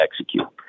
execute